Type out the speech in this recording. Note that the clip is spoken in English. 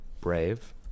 brave